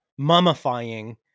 mummifying